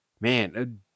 man